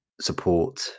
support